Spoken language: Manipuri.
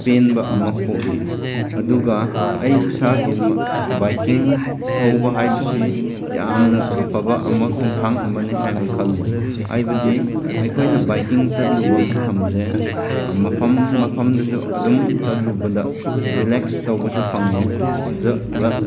ꯄꯦꯟꯕ ꯑꯃ ꯄꯣꯛꯏ ꯑꯗꯨꯒ ꯑꯩ ꯏꯁꯥꯒꯤ ꯕꯥꯏꯛꯀꯤꯡ ꯊꯧꯕ ꯍꯥꯏꯕꯁꯤ ꯌꯥꯝꯅ ꯑꯐꯕ ꯑꯃ ꯈꯣꯡꯊꯥꯡ ꯑꯃꯅꯤ ꯍꯥꯏꯅ ꯈꯜꯂꯤ ꯍꯥꯏꯕꯗꯤ ꯑꯩꯈꯣꯏꯅ ꯕꯥꯏꯛꯀꯤꯡ ꯆꯠꯂꯨꯕ ꯃꯇꯝꯁꯦ ꯃꯐꯝ ꯃꯐꯝꯗꯁꯨ ꯑꯗꯨꯝ ꯆꯠꯂꯨꯕꯗ ꯔꯤꯂꯦꯛꯁ ꯇꯧꯕꯁꯨ ꯐꯪꯉꯦ ꯐꯖꯕ